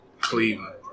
Cleveland